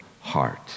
heart